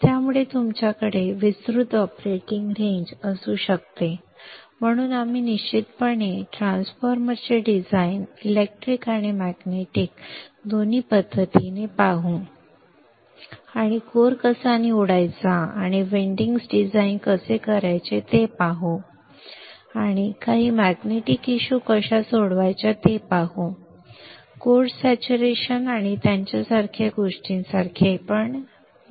त्यामुळे तुमच्याकडे विस्तृत ऑपरेटिंग रेंज असू शकते म्हणून आपण निश्चितपणे ट्रान्सफॉर्मरचे डिझाइन इलेक्ट्रिक आणि मॅग्नेटिक दोन्ही पद्धतीने पाहू आणि कोर कसा निवडायचा आणि विंडिंग्स डिझाइन कसे करायचे ते पाहू आणि काही मॅग्नेटिक इशु कशा सोडवायच्या ते पाहू ते कोर्स सॅच्युरेशन आणि त्यासारख्या गोष्टींसारखे येईल